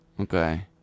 Okay